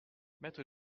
maître